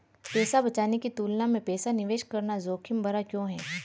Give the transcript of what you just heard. पैसा बचाने की तुलना में पैसा निवेश करना जोखिम भरा क्यों है?